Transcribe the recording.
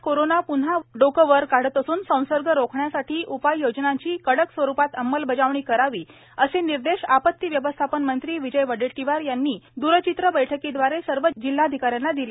राज्यात कोरोना प्न्हा वर डोके काढत असून संसर्ग रोखण्यासाठी उपाययोजनांची कडक स्वरूपात अंमलबजावणी करावी असे निर्देश आपती व्यवस्थापन मंत्री विजय वडेट्टीवार यांनी दूरचित्र बैठकीदवारे सर्व जिल्हाधिकाऱ्यांना दिले